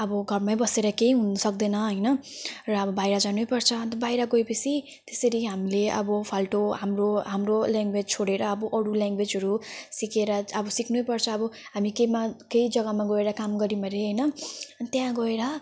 अब घरमै बसेर केही हुनु सक्दैन हैन र अब बाहिर जानैपर्छ अनि त बाहिर गएपछि त्यसरी हामीले अब फाल्टु हाम्रो हाम्रो ल्याङ्ग्वेज छोडेर अब अरू ल्याङग्वेजहरू सिकेर अब सिक्नैपर्छ अब हामी केमा केही जगामा गएर काम गऱ्यौँ अरे हैन अनि त्यहाँ गएर